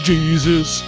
Jesus